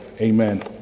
amen